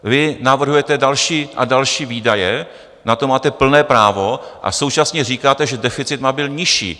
Vy navrhujete další a další výdaje, na to máte plné právo, a současně říkáte, že deficit má být nižší.